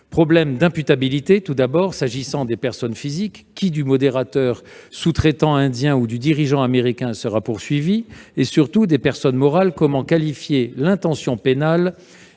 problème d'imputabilité se pose tout d'abord, s'agissant des personnes physiques- qui, du modérateur sous-traitant indien ou du dirigeant américain, sera poursuivi ? -et, surtout, des personnes morales- comment qualifier l'intention pénale